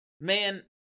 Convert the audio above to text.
man